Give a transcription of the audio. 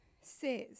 says